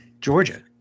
Georgia